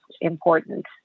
important